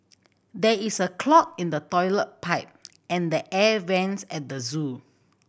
there is a clog in the toilet pipe and the air vents at the zoo